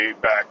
back